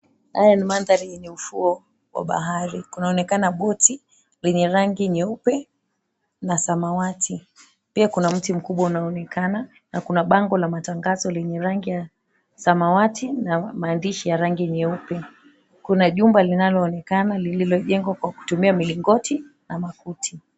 Haya ni mandhari yenye ufuo wa bahari kunaonekana boti lenye rangi nyeupe na samawati. Pia kuna mti mkubwa unaonekana na kuna bango la matangazo lenye rangi ya samawati na maandishi ya rangi nyeupe, kuna jumba linaloonekana lililojengwa kwa kutumia milingoti na makuti.